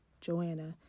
Joanna